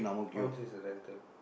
how much is the dental